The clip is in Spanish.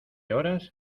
horas